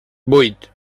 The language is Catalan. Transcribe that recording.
vuit